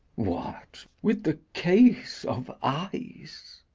what, with the case of eyes?